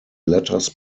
letters